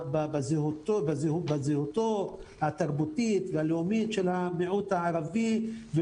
בזהותו התרבותית והלאומית של המיעוט הערבי.